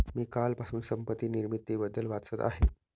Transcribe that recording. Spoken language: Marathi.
मी कालपासून संपत्ती निर्मितीबद्दल वाचत आहे